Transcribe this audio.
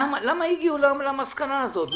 למה הגיעו למסקנה הזאת?